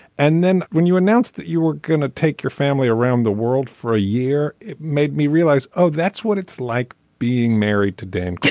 and then when you announced that you were going to take your family around the world for a year it made me realize oh that's what it's like being married today